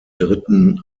dritten